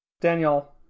Daniel